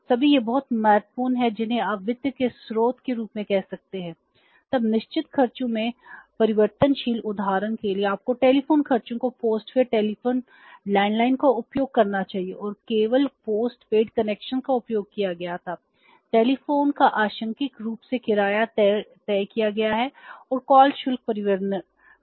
इसलिए ये बहुत महत्वपूर्ण हैं जिन्हें आप वित्त के स्रोत का उपयोग करना चाहिए और केवल पोस्टपेड कनेक्शनों का उपयोग किया गया था टेलीफोन का आंशिक रूप से किराया तय किया गया है और कॉल शुल्क परिवर्तनीय हैं